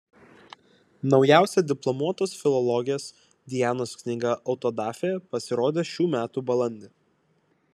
naujausia diplomuotos filologės dianos knyga autodafė pasirodė šių metų balandį